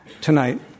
tonight